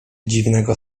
dziwnego